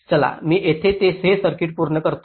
चला मी येथे हे सर्किट पूर्ण करतो